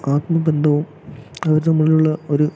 ആത്മബന്ധവും അവർ തമ്മിലുള്ള ഒരു